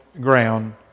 ground